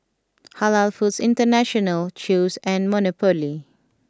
Halal Foods International Chew's and Monopoly